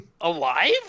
Alive